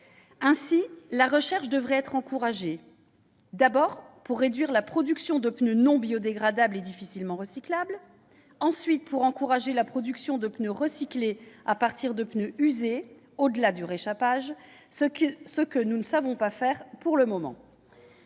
Ainsi, la recherche devrait être encouragée, pour réduire la production de pneus non biodégradables et difficilement recyclables et encourager la production de pneus recyclés à partir de pneus usés, au-delà du rechapage, ce que nous ne savons pas faire pour l'instant.